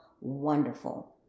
wonderful